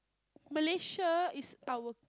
Malaysia is our